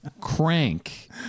crank